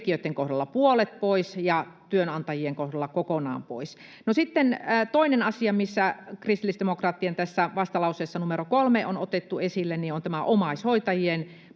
työntekijöitten kohdalla puolet pois ja työnantajien kohdalla kokonaan pois. No, sitten toinen asia, mikä tässä kristillisdemokraattien vastalauseessa numero 3 on otettu esille, on tämä omaishoitajien